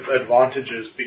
advantages